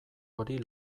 hori